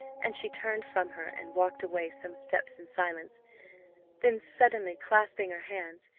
and she turned from her, and walked away some steps in silence then suddenly clasping her hands,